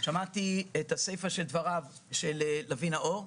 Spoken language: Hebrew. שמעתי את הסיפא של דבריו של לביא נאור.